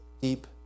deep